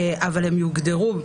אבל הן יוגדרו,